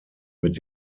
mit